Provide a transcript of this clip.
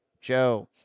Joe